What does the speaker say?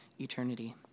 eternity